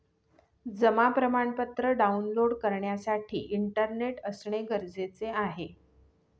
जमा प्रमाणपत्र डाऊनलोड करण्यासाठी इंटरनेट असणे गरजेचे आहे